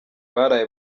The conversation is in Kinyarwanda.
baraye